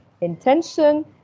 intention